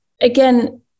again